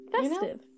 festive